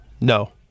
No